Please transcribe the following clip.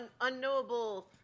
unknowable